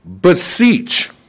Beseech